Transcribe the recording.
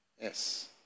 Yes